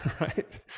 right